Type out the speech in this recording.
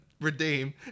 redeem